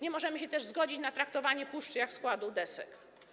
Nie możemy się też zgodzić na traktowanie puszczy jak składu desek.